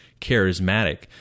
charismatic